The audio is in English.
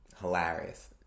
Hilarious